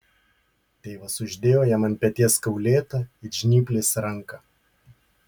tėvas uždėjo jam ant peties kaulėtą it žnyplės ranką